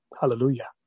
Hallelujah